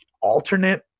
alternate